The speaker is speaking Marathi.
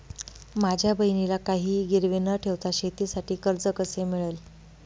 माझ्या बहिणीला काहिही गिरवी न ठेवता शेतीसाठी कर्ज कसे मिळेल?